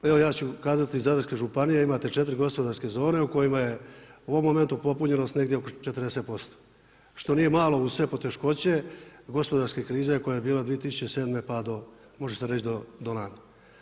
Evo ja ću kazati iz zadarske županije imate 4 gospodarske zone u kojima je u ovom momentu popunjenost negdje oko 40%. što nije malo uz sve poteškoće, gospodarske krize koja je bila 2007. pa može se reći do lani.